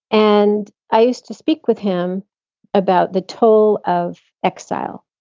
and i used to speak with him about the toll of exile,